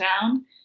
down